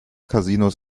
casinos